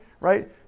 right